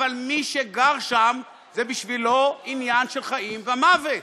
אבל מי שגר שם, זה בשבילו עניין של חיים ומוות.